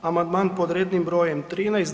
Amandman pod rednim brojem 13.